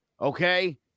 Okay